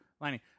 lining